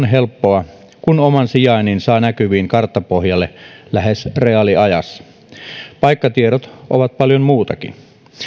helppoa kun oman sijainnin saa näkyviin karttapohjalle lähes reaaliajassa paikkatiedot ovat paljon muutakin